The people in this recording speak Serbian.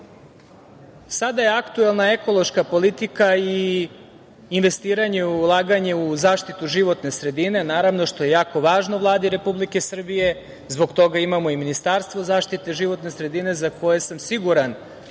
Sada je aktuelna ekološka politika i investiranje i ulaganje u zaštitu životne sredine, naravno, što je jako važno Vladi Republike Srbije i zbog toga imamo Ministarstvo zaštite životne sredine koje će uraditi